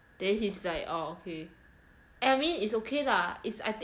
then he's like orh okay I mean is okay lah I think